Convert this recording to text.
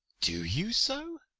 do you so?